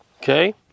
Okay